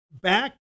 back